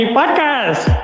Podcast